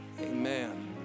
amen